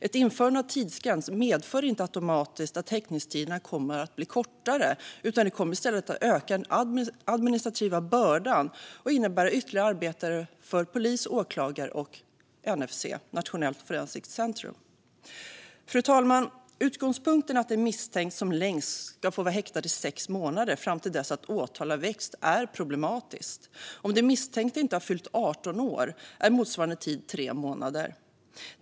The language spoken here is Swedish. Ett införande av en tidsgräns medför inte automatiskt att häktningstiderna blir kortare, utan det kommer i stället att öka den administrativa bördan och innebära ytterligare arbete för polis, åklagare och NFC, Nationellt forensiskt centrum. Fru talman! Utgångspunkten att en misstänkt som längst ska kunna vara häktad i sex månader fram till dess att åtal har väckts är problematisk. Om den misstänkte inte har fyllt 18 år är motsvarande tid tre månader.